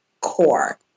core